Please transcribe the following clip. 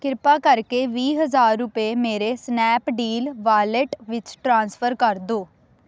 ਕਿਰਪਾ ਕਰਕੇ ਵੀਹ ਹਜ਼ਾਰ ਰੁਪਏ ਮੇਰੇ ਸਨੈਪਡੀਲ ਵਾਲੇਟ ਵਿੱਚ ਟ੍ਰਾਂਸਫਰ ਕਰ ਦਿਉ